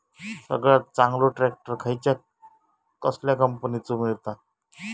सगळ्यात चांगलो ट्रॅक्टर कसल्या कंपनीचो मिळता?